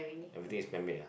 everything is man made lah